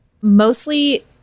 Mostly